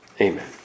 Amen